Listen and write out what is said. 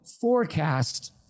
forecast